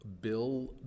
Bill